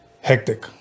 Hectic